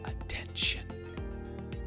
attention